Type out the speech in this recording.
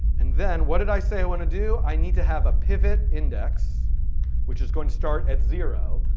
and then what did i say i want to do? i need to have a pivotindex, which is going to start at zero,